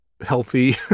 healthy